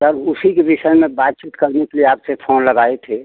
sir उसी के विषय में बातचीत करने के लिए आपसे फोन लगाए थे